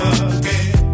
again